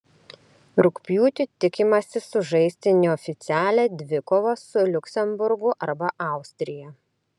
rugpjūtį tikimasi sužaisti neoficialią dvikovą su liuksemburgu arba austrija